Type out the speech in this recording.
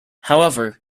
however